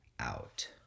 out